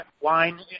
wine